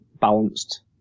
balanced